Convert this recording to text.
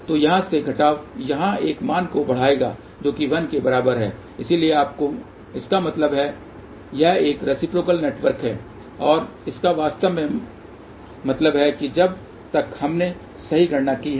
तो यहाँ से घटाव यहाँ एक मान को बढ़ाएगा जो 1 के बराबर है इसलिए इसका मतलब है यह एक रेसिप्रोकल नेटवर्क है और इसका वास्तव में मतलब है कि अब तक हमने सही गणना की है